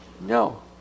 No